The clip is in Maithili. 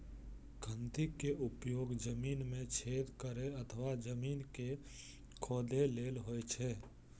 खंती के उपयोग जमीन मे छेद करै अथवा जमीन कें खोधै लेल होइ छै